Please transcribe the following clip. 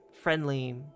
friendly